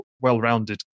well-rounded